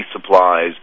supplies